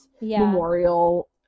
memorial